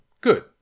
good